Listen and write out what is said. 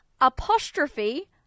apostrophe